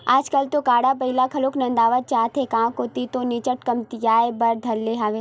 आजकल तो गाड़ा बइला घलोक नंदावत जात हे गांव कोती तो निच्चट कमतियाये बर धर ले हवय